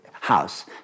house